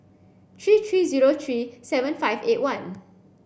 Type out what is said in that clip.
three three zero three seven five eight one